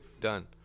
done